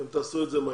אתם תעשו את זה מהר.